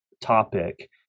topic